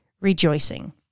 rejoicing